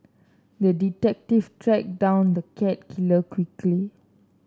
the detective tracked down the cat killer quickly